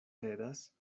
tedas